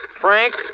Frank